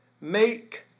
Make